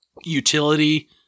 utility